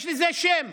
יש לזה שם: